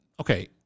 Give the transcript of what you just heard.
Okay